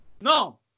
No